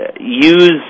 use